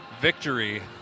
Victory